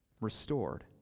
restored